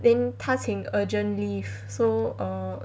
think 他请 urgent leave so err